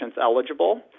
eligible